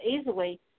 easily